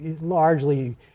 largely